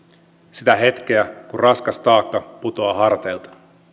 sitä hetkeä kun raskas taakka putoaa harteilta